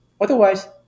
Otherwise